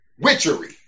witchery